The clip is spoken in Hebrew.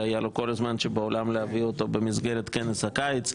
היה לו את כל הזמן שבעולם להביא אותו במסגרת כנס הקיץ,